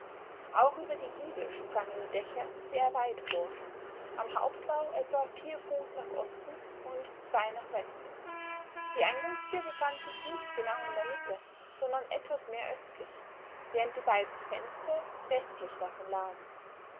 auch über die giebel sprangen die dächer sehr weit vor am hauptbau etwa vier fuß nach osten und zwei nach westen die eingangstür befand sich nicht genau in der mitte sondern etwas mehr östlich während die beiden fenster westlich davon lagen